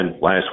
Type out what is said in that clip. last